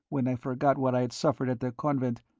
when i forgot what i had suffered at the convent,